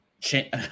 change